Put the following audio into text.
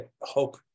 hope